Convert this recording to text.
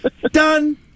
done